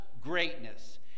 greatness